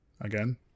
again